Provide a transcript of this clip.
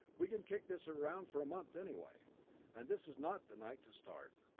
we can kick this around for a month anyway and this is not the night to start.